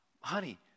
Honey